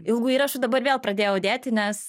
ilgu įrašu dabar vėl pradėjau dėti nes